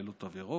ללא תו ירוק,